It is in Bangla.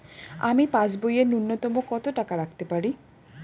আমি পাসবইয়ে ন্যূনতম কত টাকা রাখতে পারি?